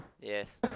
Yes